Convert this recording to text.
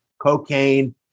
cocaine